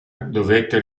dovette